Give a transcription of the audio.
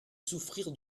souffrir